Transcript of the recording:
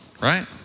right